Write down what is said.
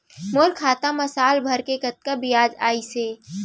मोर खाता मा साल भर के कतका बियाज अइसे?